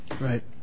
Right